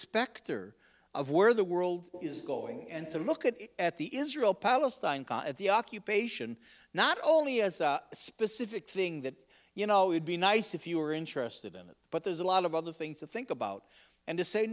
specter of where the world is going and to look at it at the israel palestine at the occupation not only as a specific thing that you know it be nice if you are interested in it but there's a lot of other things to think about and to say